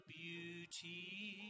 beauty